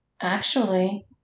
Actually